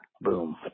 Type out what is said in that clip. Boom